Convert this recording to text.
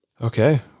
Okay